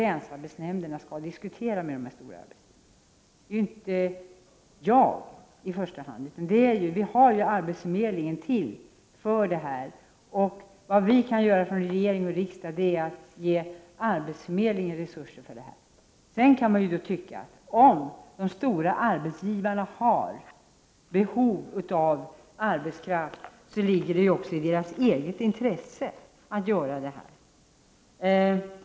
Det är inte i första hand jag som skall göra detta, utan vi har ju arbetsförmedlingen för bl.a. detta ändamål. Vad regering och riksdag kan göra är att ge arbetsförmedlingen erforderliga resurser. Om de stora arbetsgivarna har behov av arbetskraft, ligger det ju också i deras eget intresse att vidta dessa åtgärder.